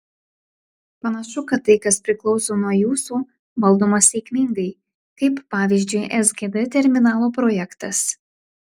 panašu kad tai kas priklauso nuo jūsų valdoma sėkmingai kaip pavyzdžiui sgd terminalo projektas